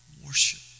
worship